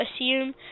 assume